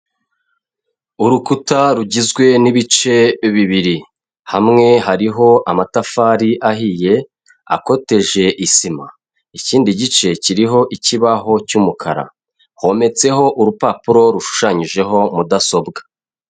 Urukuta rugizwe n'ibice bibiri, hamwe hariho amatafari ahiye akoteje isima, ikindi gice kiriho ikibaho cy'umukara, hometseho urupapuro rushushanyijeho mudasobwa.